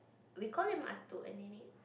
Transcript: we call him